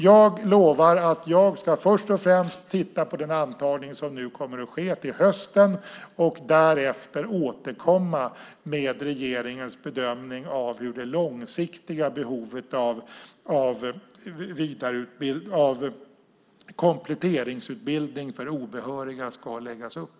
Jag lovar att jag först och främst ska titta på den antagning som nu kommer att ske, till hösten, och därefter återkomma med regeringens bedömning när det gäller det långsiktiga behovet av kompletteringsutbildning för obehöriga och hur det ska läggas upp.